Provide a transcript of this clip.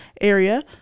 area